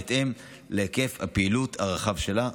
בהתאם להיקף הפעילות הרחב שלה.